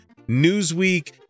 Newsweek